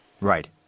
Right